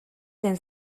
den